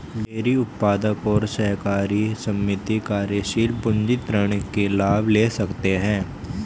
dairy उत्पादक और सहकारी समिति कार्यशील पूंजी ऋण के लाभ ले सकते है